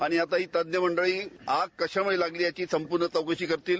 आणि आता हे तज्ञ मंडळी आग कश्यामुळे लागली याची संपूर्ण चौकशी करतील